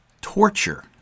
torture